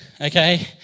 okay